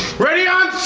ready on